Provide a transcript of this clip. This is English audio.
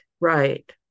Right